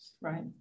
Right